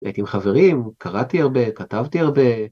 הייתי עם חברים, קראתי הרבה, כתבתי הרבה.